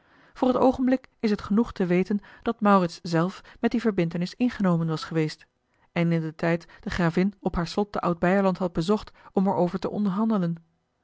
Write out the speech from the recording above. voor t oogenblik is het genoeg te weten dat maurits zelf met die verbintenis ingenomen was geweest en indertijd de gravin op haar slot te oud beierland had bezocht om er over te onderhandelen